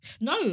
No